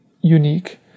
unique